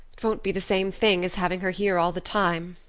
it won't be the same thing as having her here all the time,